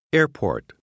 airport